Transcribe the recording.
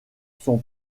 son